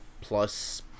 plus